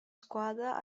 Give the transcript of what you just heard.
squadra